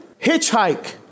hitchhike